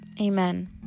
Amen